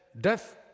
death